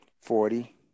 Forty